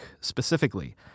specifically